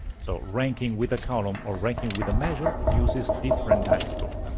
so ranking with a column or ranking with a measure uses different dax code. ah